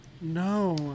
No